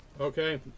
Okay